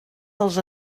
dels